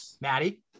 maddie